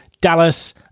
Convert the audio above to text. Dallas